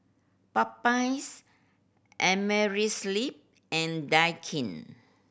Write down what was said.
Popeyes Amerisleep and Daikin